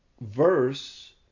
verse